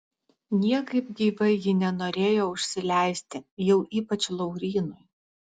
niekaip gyvai ji nenorėjo užsileisti jau ypač laurynui